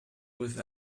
with